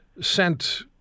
sent